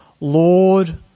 Lord